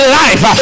life